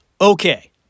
Okay